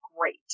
great